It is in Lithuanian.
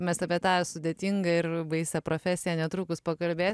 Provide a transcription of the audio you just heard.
mes apie tą sudėtingą ir baisią profesiją netrukus pakalbė